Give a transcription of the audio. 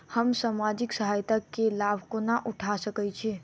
हम सामाजिक सहायता केँ लाभ कोना उठा सकै छी?